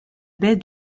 baie